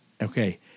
Okay